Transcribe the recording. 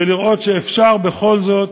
ולראות שאפשר בכל זאת